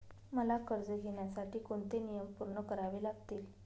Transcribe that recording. मला कर्ज घेण्यासाठी कोणते नियम पूर्ण करावे लागतील?